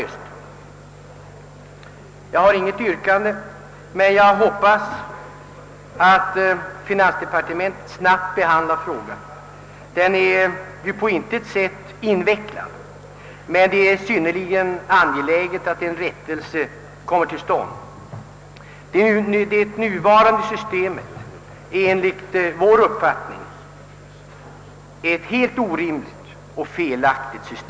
Jag har inget yrkande men hoppas att finansdepartementet snabbt behandlar frågan. Den är på intet sätt invecklad, och det är synnerligen angeläget att en rättelse kommer till stånd. Enligt vår uppfattning är det nuvarande systemet helt orimligt och felaktigt.